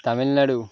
Tamil Nadu